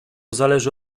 zależy